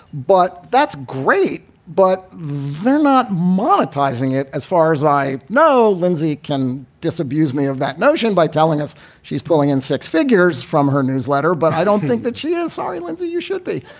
but that's great. but they're not monetizing it as far as i know. lindsay can disabuse me of that notion by telling us she's pulling in six figures from her newsletter, but i don't think that she is sorry. lindsay, you should be.